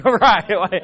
Right